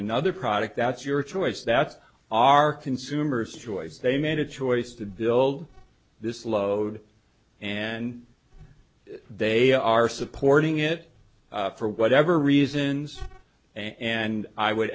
another product that's your choice that's our consumers choice they made a choice to build this load and they are supporting it for whatever reasons and i would